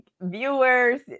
viewers